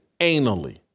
anally